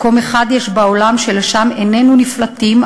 מקום אחד יש בעולם שלשם איננו נפלטים,